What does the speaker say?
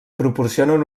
proporcionen